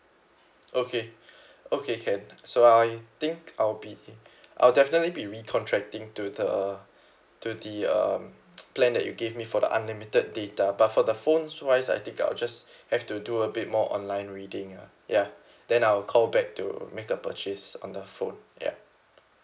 okay okay can so I think I'll be I'll definitely be re-contracting to the to the um plan that you gave me for the unlimited data but for the phone wise I think I will just have to do a bit more online reading lah ya then I will call back to make a purchase on the phone ya